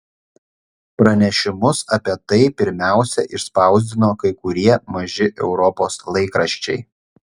pranešimus apie tai pirmiausia išspausdino kai kurie maži europos laikraščiai